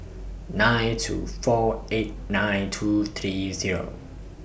nine two four eight nine two three Zero